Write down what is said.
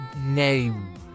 name